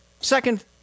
Second